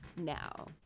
now